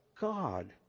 God